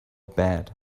bad